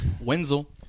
Wenzel